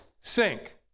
sink